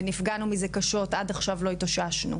ונפגענו מזה קשות, עד עכשיו לא התאוששנו.